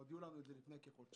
הודיעו לנו את זה לפני כחודשיים,